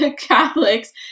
Catholics